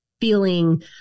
feeling